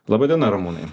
laba diena ramūnai